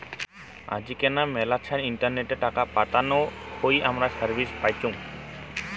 আজিকেনা মেলাছান ইন্টারনেটে টাকা পাতানো হই হামরা সার্ভিস পাইচুঙ